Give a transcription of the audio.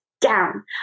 down